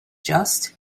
just